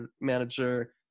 manager